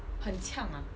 很呛 ah